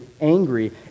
angry